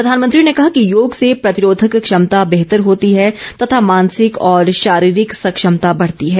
प्रधानमंत्री ने कहा कि योग से प्रतिरोधक क्षमता बेहतर होती है तथा मानॅसिक और शार्रोरिक सक्षमता बढ़ती है